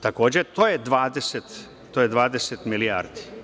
Takođe, to je 20 milijardi.